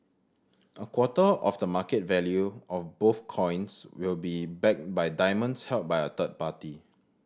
a quarter of the market value of both coins will be backed by diamonds held by a third party